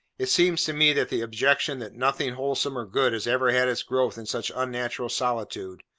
it seems to me that the objection that nothing wholesome or good has ever had its growth in such unnatural solitude,